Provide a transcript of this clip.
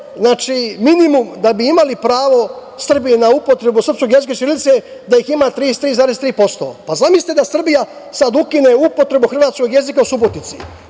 znači, minimum da bi imali pravo Srbi na upotrebu srpskog jezika i ćirilice da ih ima 33,3%. Zamislite da Srbija sada ukine upotrebu hrvatskog jezika u Subotici.